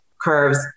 curves